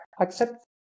accept